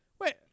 wait